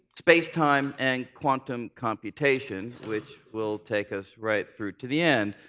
spacetime, and quantum computation, which will take us right through to the end.